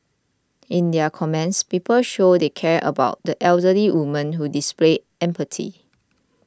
in their comments people showed they cared about the elderly woman who displayed empathy